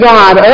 God